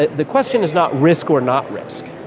the question is not risk or not risk,